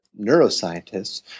neuroscientists